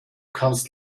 kannst